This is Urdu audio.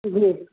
جی